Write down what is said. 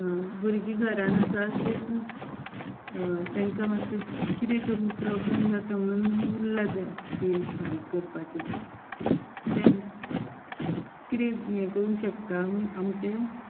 भुरगीं घरान आसा तेतून तांकां मातशें किदें करूं प्रोब्लेम जाता म्हणून उल्लां तें बील फारीक करपाचें तें कितें हें करूंक शकता आमी आमचें